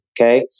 okay